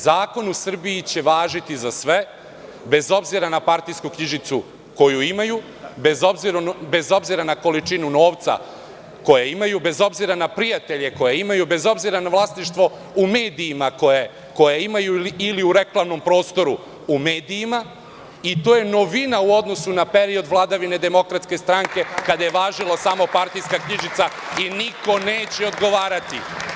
Zakoni u Srbiji će važiti za sve, bez obzira na partijsku knjižicu koju imaju, bez obzira na količinu novca koju imaju, bez obzira na prijatelje koje imaju, bez obzira na vlasništvo u medijima koje imaju ili u reklamnom prostoru u medijima i to je novina u odnosu na period vladavine DS, kada je važilo samo - partijska knjižica i niko neće odgovarati.